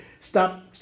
Stop